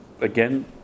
again